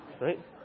Right